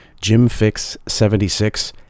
jimfix76